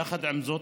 יחד עם זאת,